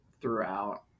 throughout